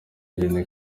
irene